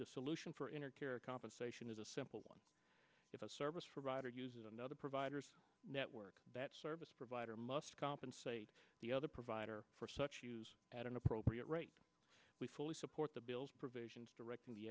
the solution for compensation is a simple one if a service provider uses another provider's network that service provider must compensate the other provider for such use at an appropriate rate we fully support the bills provisions directing the